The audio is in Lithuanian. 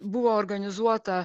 buvo organizuota